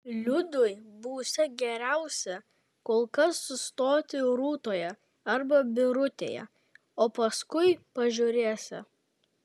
liudui būsią geriausia kol kas sustoti rūtoje arba birutėje o paskui pažiūrėsią